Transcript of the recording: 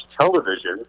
television